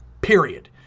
period